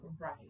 Right